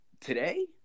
today